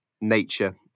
nature